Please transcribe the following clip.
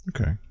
Okay